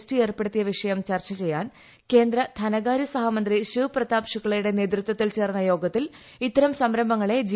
T ഏർപ്പെടുത്തിയ വിഷയം ചർച്ച ചെയ്യാൻ കേന്ദ്ര ധനകാര്യസഹ മന്ത്രി ്ശിവ് പ്രതാപ് ശുക്തയുടെ നേതൃത്വത്തിൽ ചേർന്ന യോഗ ത്തിൽ ഇത്തരം സംരംഭങ്ങളെ ജി